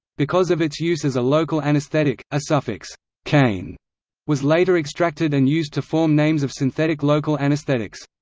because of its use as a local anesthetic, a suffix caine was later extracted and used to form names of synthetic local anesthetics.